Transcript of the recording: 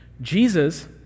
Jesus